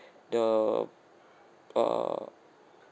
the err